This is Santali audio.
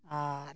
ᱟᱨ